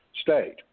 state